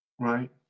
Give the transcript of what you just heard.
Right